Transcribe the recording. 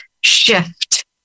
shift